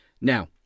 Now